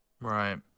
Right